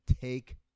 take